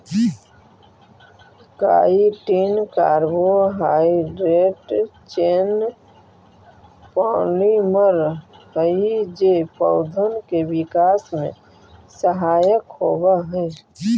chitin carbohydrate chain polymer हई जे पौधन के विकास में सहायक होवऽ हई